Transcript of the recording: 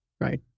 Right